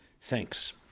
Thanks